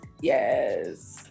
Yes